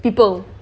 people